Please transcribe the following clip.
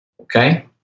okay